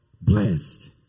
blessed